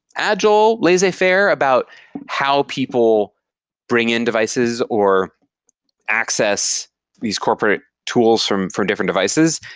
agile, laissez-faire about how people bring in devices or access these corporate tools from from different devices,